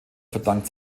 verdankt